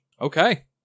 Okay